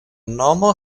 nomo